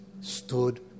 stood